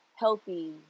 healthy